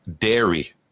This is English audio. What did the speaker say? dairy